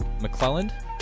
McClelland